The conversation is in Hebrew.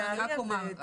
אבל אני רק אומר,